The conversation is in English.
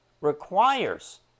requires